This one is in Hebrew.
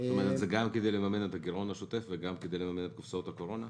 זה גם כדי לממן את הגירעון השוטף וגם כדי לממן את קופסאות הקורונה?